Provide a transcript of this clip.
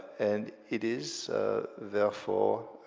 and it is therefore